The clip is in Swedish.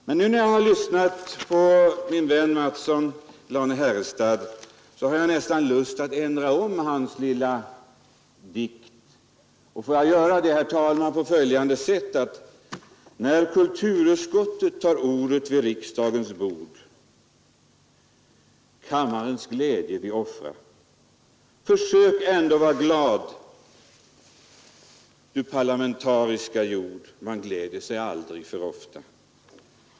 Men efter att ha lyssnat på min vän herr Mattsson i Lane-Herrestad har jag nästan lust att ändra Franzéns dikt på följande sätt: När kulturutskottet tar ordet vid riksdagens bord kammarens glädje vi offrar försök ändå var glad du parlamentariska hjord man gläder sig aldrig för ofta.